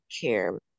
care